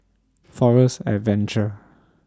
Forest Adventure